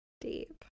Deep